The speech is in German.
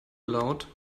laut